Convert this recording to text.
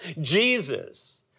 Jesus